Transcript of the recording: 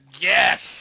Yes